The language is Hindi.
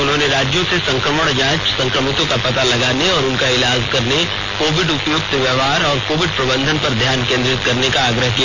उन्होंने राज्यों से संक्रमण जांच संक्रमितों का पता लगाने और उनका इलाज करने कोविड उपयुक्त व्यवहार और कोविड प्रबंधन पर ध्यान केंद्रित करने का आग्रह किया